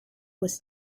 was